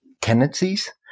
tendencies